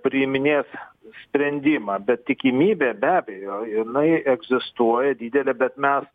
priiminės sprendimą bet tikimybė be abejo jinai egzistuoja didelė bet mes